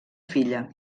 filla